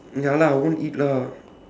ya lah I want to eat lah